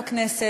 בכנסת,